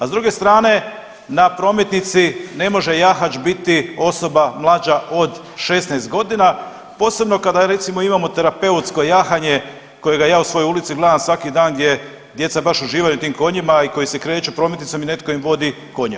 A s druge strane na prometnici ne može jahač biti osoba mlađa od 16 godina posebno kada recimo imao terapeutsko jahanje kojega ja u svojoj ulici gledam svaki dan gdje djeca baš uživaju u tim konjima i koji se kreću prometnicom i netko im vodi konja.